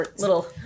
Little